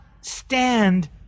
stand